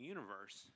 Universe